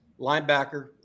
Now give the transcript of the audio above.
linebacker